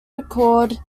recalled